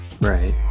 right